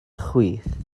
chwith